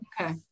Okay